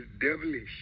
devilish